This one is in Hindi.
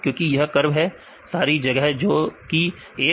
क्योंकि यह कर्व है सारी जगह जो कि 1